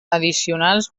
addicionals